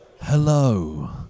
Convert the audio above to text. Hello